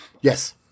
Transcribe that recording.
Yes